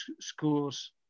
schools